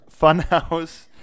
Funhouse